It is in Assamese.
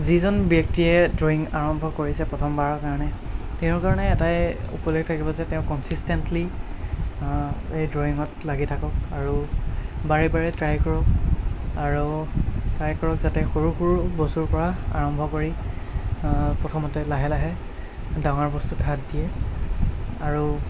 যিজন ব্য়ক্তিয়ে ড্ৰয়িং আৰম্ভ কৰিছে প্ৰথমবাৰৰ কাৰণে তেওঁৰ কাৰণে এটাই উপদেশ থাকিব যে তেওঁ কনচিচটেণ্টলী এই ড্ৰয়িঙত লাগি থাকক আৰু বাৰে বাৰে ট্ৰাই কৰক আৰু ট্ৰাই কৰক যাতে সৰু সৰু বস্তুৰপৰা আৰম্ভ কৰি প্ৰথমতে লাহে লাহে ডাঙৰ বস্তুত হাত দিয়ে আৰু